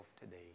today